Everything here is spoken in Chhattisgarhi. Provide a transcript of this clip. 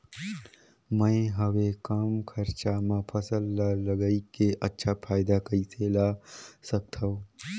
मैं हवे कम खरचा मा फसल ला लगई के अच्छा फायदा कइसे ला सकथव?